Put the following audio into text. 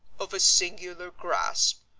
of a singular grasp,